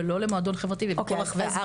ולא למועדון חברתי מכל רחבי הארץ.